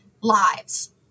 lives